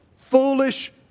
foolish